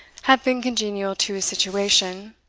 have been congenial to his situation,